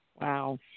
Wow